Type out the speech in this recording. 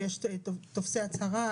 ויש טופסי הצהרה,